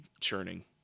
churning